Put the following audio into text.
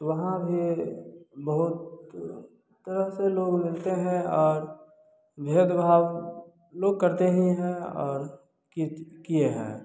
वहाँ भी बहुत तरह के लोग मिलते हैं और भेदभाव लोग करते ही है और कि किए हैं